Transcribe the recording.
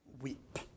weep